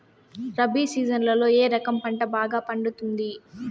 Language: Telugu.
రబి సీజన్లలో ఏ రకం పంట బాగా పండుతుంది